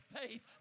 faith